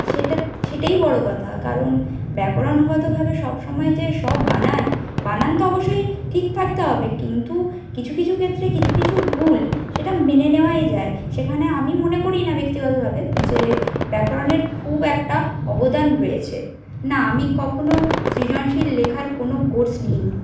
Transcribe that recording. সেটা সেটাই বড়ো কথা কারণ ব্যাকরণগতভাবে সব সময় যে সব বানান বানান তো অবশ্যই ঠিক থাকতে হবে কিন্তু কিছু কিছু ক্ষেত্রে কিছু কিছু ভুল সেটা মেনে নেওয়াই যায় সেখানে আমি মনে করি না ব্যক্তিগতভাবে যে ব্যাকরণের খুব একটা অবদান রয়েছে না আমি কখনো সৃজনশীল লেখার কোনো কোর্স নিইনি